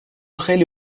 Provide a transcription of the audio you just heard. خیلی